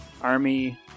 army